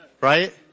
Right